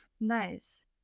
Nice